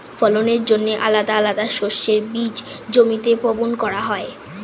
ফলনের জন্যে আলাদা আলাদা শস্যের বীজ জমিতে বপন করা হয়